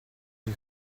des